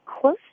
close